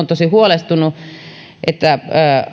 tosi huolestunut siitä että